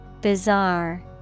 Bizarre